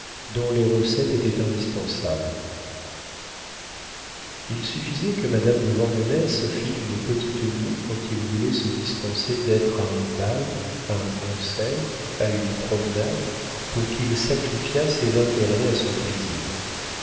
dont les recettes étaient indispensables il suffisait que madame de vandenesse fît une petite moue quand il voulait se dispenser d'être à un bal à un concert à une promenade pour qu'il sacrifiât ses intérêts à son plaisir